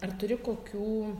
ar turi kokių